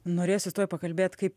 norėsiu pakalbėt kaip